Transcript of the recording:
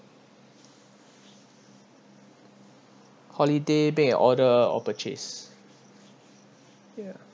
holiday make an order or purchase ya